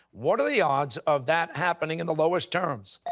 what are the odds of that happening in the lowest terms?